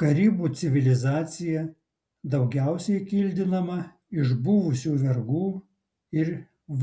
karibų civilizacija daugiausiai kildinama iš buvusių vergų ir